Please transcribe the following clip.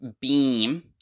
beam